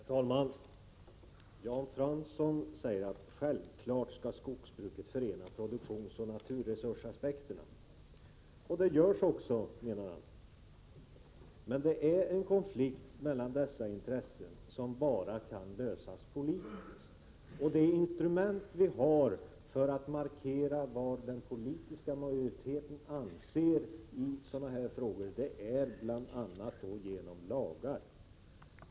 Herr talman! Jan Fransson säger att skogsbruket självklart skall förena produktionsoch naturresursaspekterna. Det görs också, menar han. Men det råder en konflikt mellan dessa intressen som bara kan lösas politiskt. Det instrument vi har för att markera vad den politiska majoriteten anser i sådana här frågor är lagar.